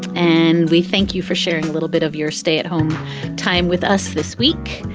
and we thank you for sharing a little bit of your stay at home time with us this week.